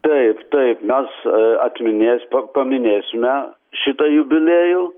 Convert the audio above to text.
taip taip mes atminės pa paminėsime šitą jubiliejų